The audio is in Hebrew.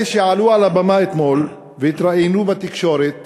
לאלה שעלו על הבמה אתמול והתראיינו בתקשורת